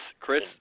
Chris